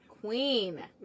queen